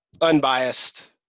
unbiased